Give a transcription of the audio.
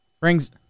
Brings